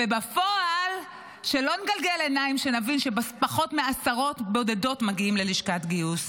ובפועל שלא נגלגל עיניים כשנבין שפחות מעשרות בודדות מגיעים ללשכת גיוס.